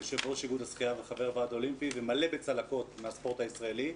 יו"ר איגוד השחייה וחבר הוועד האולימפי ומלא בצלקות מהספורט הישראלי.